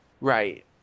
right